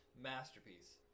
masterpiece